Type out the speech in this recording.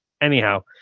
Anyhow